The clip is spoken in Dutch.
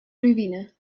ruïne